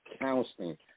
counseling